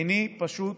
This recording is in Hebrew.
עיני פשוט